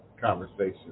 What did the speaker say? conversation